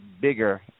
bigger